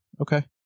okay